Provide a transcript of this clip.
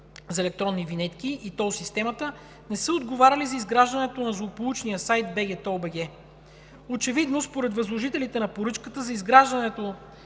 за електронни винетки и тол системата, не са отговаряли за изграждането на злополучния сайт bgtoll.bg. Очевидно според възложителите на поръчката за изграждането